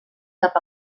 cap